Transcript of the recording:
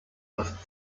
das